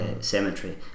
cemetery